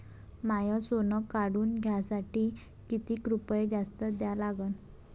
माय सोनं काढून घ्यासाठी मले कितीक रुपये जास्त द्या लागन?